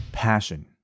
passion